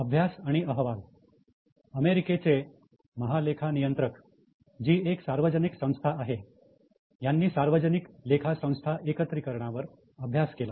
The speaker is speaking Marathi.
अभ्यास आणि अहवाल अमेरिकेचे महालेखानियन्त्रक जी एक सार्वजनिक संस्था आहे यांनी सार्वजनिक लेखा संस्था एकत्रीकरणावर अभ्यास केला